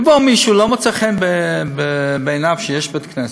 יבוא מישהו, לא מוצא חן בעיניו שיש בית-כנסת,